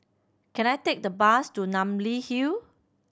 can I take the bus to Namly Hill